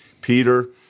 Peter